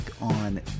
on